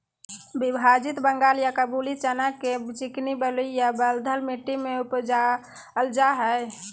विभाजित बंगाल या काबूली चना के चिकनी बलुई या बलथर मट्टी में उपजाल जाय हइ